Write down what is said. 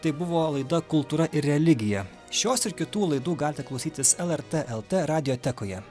tai buvo laida kultūra ir religija šios ir kitų laidų galite klausytis lrt lt radijotekoje